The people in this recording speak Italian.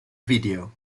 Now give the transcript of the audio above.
video